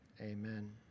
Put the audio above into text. amen